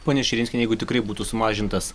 ponia širinskiene jeigu tikrai būtų sumažintas